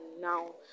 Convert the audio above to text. now